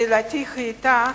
שאלתי היתה: